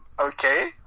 okay